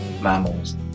mammals